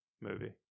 movie